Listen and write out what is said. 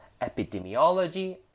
epidemiology